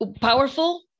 powerful